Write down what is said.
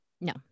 no